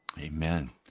Amen